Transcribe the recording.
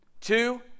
Two